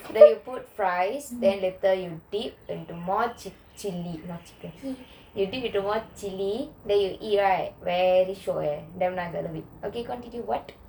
they put fries then later you dip into more chilli not chicken you dip into more chilli very nice damn shiok eh I love it okay continue what